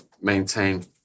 maintain